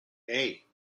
hey